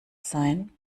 sein